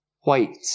white